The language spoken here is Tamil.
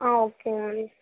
ஆ ஓகேங்க மேம்